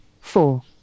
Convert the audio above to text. four